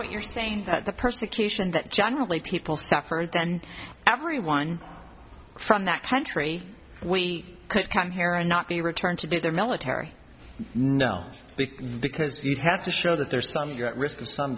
what you're saying that the persecution that generally people suffered then everyone from that country we could come here and not be returned to their military no because you'd have to show that there's some